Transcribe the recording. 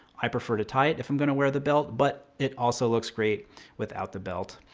i prefer to tie it if i'm going to wear the belt. but it also looks great without the belt.